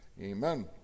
Amen